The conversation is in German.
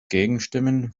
gegenstimmen